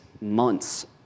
months